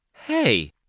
Hey